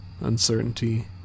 uncertainty